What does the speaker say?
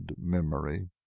memory